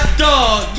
dog